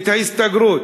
את ההסתגרות,